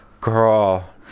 girl